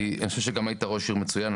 כי אני חושב שגם היית ראש עיר מצוין,